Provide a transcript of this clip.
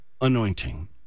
anointing